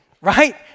right